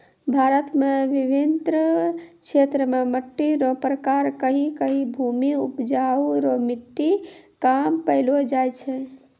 भारत मे बिभिन्न क्षेत्र मे मट्टी रो प्रकार कहीं कहीं भूमि उपजाउ रो मट्टी कम पैलो जाय छै